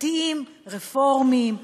דתיים רפורמים.